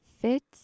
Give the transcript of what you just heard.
fits